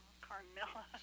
Carmilla